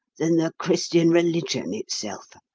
than the christian religion itself!